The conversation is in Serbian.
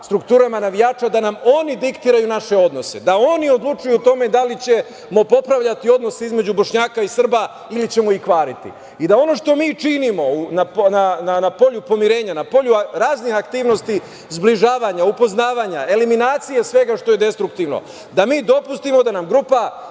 strukturama navijača da nam oni diktiraju naše odnose, da oni odlučuju o tome da ćemo popravljati odnos između Bošnjaka i Srba ili ćemo ih kvariti. Ono što mi činimo na polju pomirenja, na polju raznih aktivnosti zbližavanja, upoznavanja, eliminacije svega što je destruktivno, da mi dopustimo da nam grupa